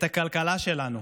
את הכלכלה שלנו,